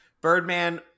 birdman